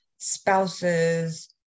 spouses